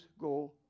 go